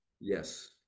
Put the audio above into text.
Yes